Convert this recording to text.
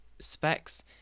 specs